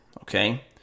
Okay